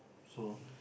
so